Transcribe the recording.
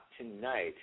Tonight